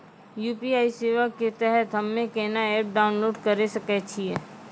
UPI सेवा के तहत हम्मे केना एप्प डाउनलोड करे सकय छियै?